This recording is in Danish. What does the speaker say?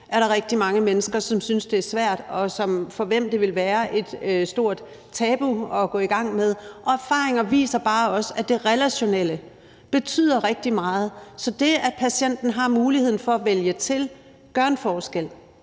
er der rigtig mange mennesker, som synes, det er svært, og for hvem det vil være et stort tabu at gå i gang med. Erfaringer viser bare også, at det relationelle betyder rigtig meget, så det, at patienten har muligheden for at vælge til, gør en forskel.